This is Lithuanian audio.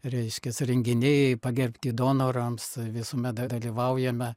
reiškias renginiai pagerbti donorams visuomet dalyvaujame